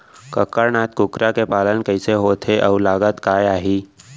कड़कनाथ कुकरा के पालन कइसे होथे अऊ लागत का आही?